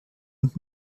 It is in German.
und